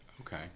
Okay